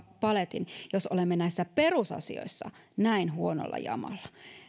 paletin jos olemme näissä perusasioissa näin huonolla jamalla